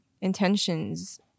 intentions